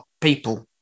people